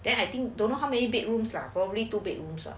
then I think don't know how many bedrooms lah probably two bedrooms